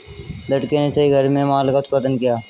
लड़के ने सही घर में माल का उत्पादन किया